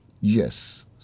Yes